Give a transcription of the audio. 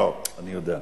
אני יודע.